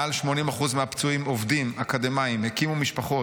מעל 80% מהפצועים עובדים, אקדמאים, הקימו משפחות.